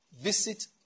visit